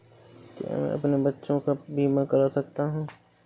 क्या मैं अपने बच्चों का बीमा करा सकता हूँ?